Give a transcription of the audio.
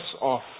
off